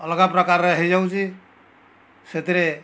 ଅଲଗା ପ୍ରକାରରେ ହୋଇଯାଉଛି ସେଥିରେ